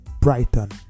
brighton